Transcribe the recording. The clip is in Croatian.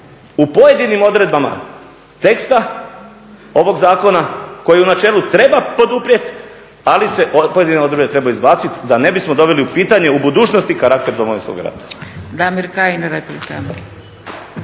u pojedinim odredbama teksta ovog zakona koji u načelu treba poduprijeti ali se pojedine odredbe trebaju izbaciti da ne bismo doveli u pitanje u budućnosti karakter Domovinskog rata.